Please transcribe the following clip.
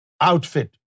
outfit